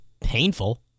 painful